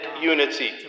unity